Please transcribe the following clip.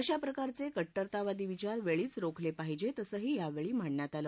अशा प्रकारचे कट्टरतावादी विचार वेळीच रोखले पाहिजे असंही यावेळी मांडण्यात आलं